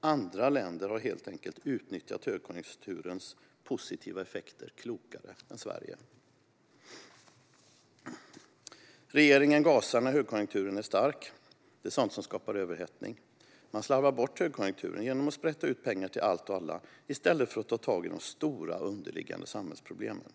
Andra länder har helt enkelt utnyttjat högkonjunkturens positiva effekter klokare än Sverige. Regeringen gasar när högkonjunkturen är stark. Det är sådant som skapar överhettning. Man slarvar bort högkonjunkturen genom att sprätta ut pengar till allt och alla i stället för att ta tag i de stora underliggande samhällsproblemen.